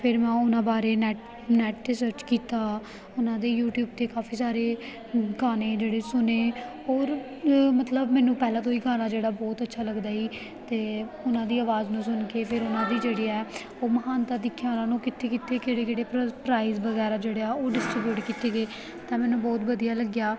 ਫਿਰ ਮੈਂ ਉਹਨਾਂ ਬਾਰੇ ਨੈਟ ਨੈਟ 'ਤੇ ਸਰਚ ਕੀਤਾ ਉਹਨਾਂ ਦੇ ਯੂਟੀਊਬ 'ਤੇ ਕਾਫੀ ਸਾਰੇ ਗਾਣੇ ਜਿਹੜੇ ਸੁਣੇ ਔਰ ਮਤਲਬ ਮੈਨੂੰ ਪਹਿਲਾਂ ਤੋਂ ਹੀ ਗਾਣਾ ਜਿਹੜਾ ਬਹੁਤ ਅੱਛਾ ਲੱਗਦਾ ਸੀ ਅਤੇ ਉਹਨਾਂ ਦੀ ਆਵਾਜ਼ ਨੂੰ ਸੁਣ ਕੇ ਫਿਰ ਉਹਨਾਂ ਦੀ ਜਿਹੜੀ ਹੈ ਉਹ ਮਹਾਨਤਾ ਦੇਖਿਆ ਉਹਨਾਂ ਨੂੰ ਕਿੱਥੇ ਕਿੱਥੇ ਕਿਹੜੇ ਕਿਹੜੇ ਪ ਪ੍ਰਾਈਜ਼ ਵਗੈਰਾ ਜਿਹੜੇ ਆ ਉਹ ਡਿਸਟਰੀਬਿਊਟ ਕੀਤੀ ਗਏ ਤਾਂ ਮੈਨੂੰ ਬਹੁਤ ਵਧੀਆ ਲੱਗਿਆ